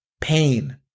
pain